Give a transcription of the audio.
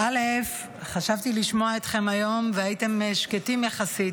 חשבתי לשמוע אתכם היום, והייתם שקטים יחסית.